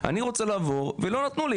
אני רוצה לעבור ולא נתנו לי,